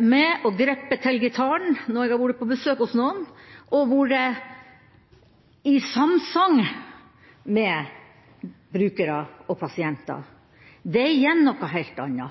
med og grepet til gitaren når jeg har vært på besøk hos noen, og hatt samsang med brukere og pasienter. Det er igjen noe